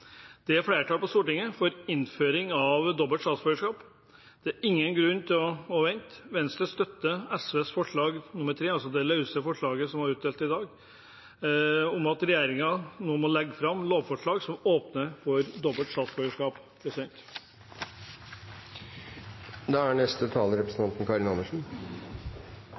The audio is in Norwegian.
Det er flertall på Stortinget for innføring av dobbelt statsborgerskap. Det er ingen grunn til vente. Venstre støtter SVs forslag nr. 3 – det løse forslaget som ble utdelt i dag – om at regjeringen nå må legge fram et lovforslag som åpner for dobbelt statsborgerskap.